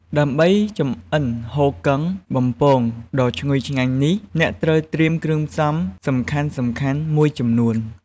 ដើម្បីចម្អិនហ៊ូគឹងបំពងដ៏ឈ្ងុយឆ្ងាញ់នេះ អ្នកត្រូវត្រៀមគ្រឿងផ្សំសំខាន់ៗមួយចំនួន។